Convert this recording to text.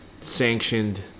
sanctioned